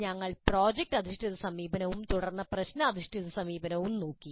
ഞങ്ങൾ പ്രോജക്റ്റ് അധിഷ്ഠിത സമീപനവും തുടർന്ന് പ്രശ്ന അധിഷ്ഠിത സമീപനവും നോക്കി